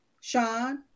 Sean